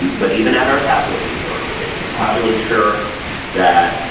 but even at our tabloid media organizations how to ensure that